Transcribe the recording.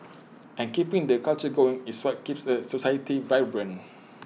and keeping that culture going is what keeps A society vibrant